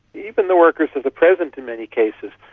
even the workers of the present in many cases.